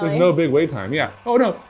no big wait time, yeah. oh no,